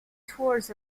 tours